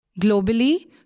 Globally